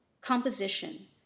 composition